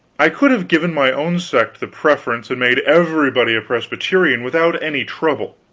i could have given my own sect the preference and made everybody a presbyterian without any trouble,